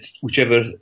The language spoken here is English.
whichever